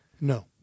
No